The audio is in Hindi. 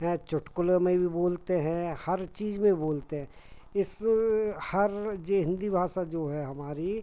हैं चुटकुलों में वी बोलते हैं हर चीज़ में बोलते हैं इस हर जे हिन्दी भाषा जो है हमारी